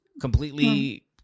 Completely